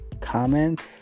comments